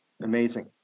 Amazing